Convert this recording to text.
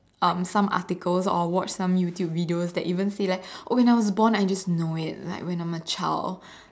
um some articles or watch some YouTube videos that even say that like oh when I was born I just know it like when I'm a child